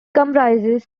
comprises